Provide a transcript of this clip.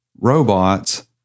robots